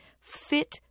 fit